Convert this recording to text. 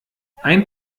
ein